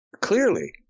clearly